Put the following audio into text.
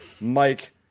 Mike